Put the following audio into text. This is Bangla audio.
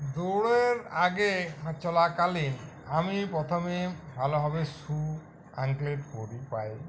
দৌড়ের আগে চলাকালীন আমি প্রথমে ভালোভাবে শু অ্যাঙ্কলেট পরি পায়ে